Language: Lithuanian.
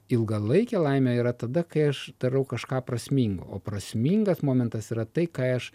ilgalaikė laimė yra tada kai aš darau kažką prasmingo o prasmingas momentas yra tai kai aš